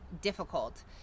difficult